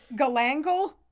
Galangal